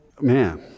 man